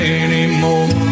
anymore